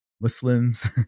Muslims